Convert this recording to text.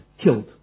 killed